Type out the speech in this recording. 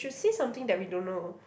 should say something that we don't know